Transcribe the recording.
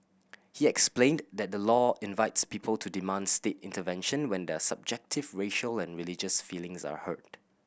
he explained that the law invites people to demand state intervention when their subjective racial and religious feelings are hurt